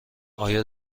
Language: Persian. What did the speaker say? آیا